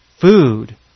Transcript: food